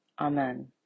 Amen